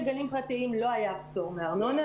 לגנים פרטיים לא היה פטור מארנונה,